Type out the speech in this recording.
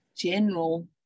general